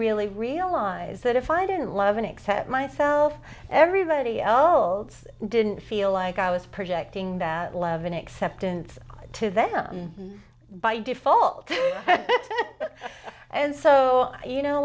really realize that if i didn't love and accept myself everybody else didn't feel like i was projecting that love and acceptance to them by default and so you know